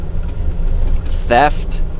theft